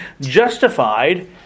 justified